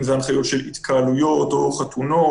אם זה הנחיות של התקהלויות או חתונות,